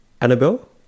Annabelle